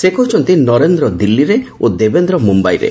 ସେ କହିଛନ୍ତି ନରେନ୍ଦ୍ର ଦିଲ୍ଲୀରେ ଓ ଦେବେନ୍ଦ୍ର ମୁମ୍ୟାଇରେ